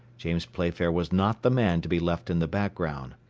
james playfair was not the man to be left in the background.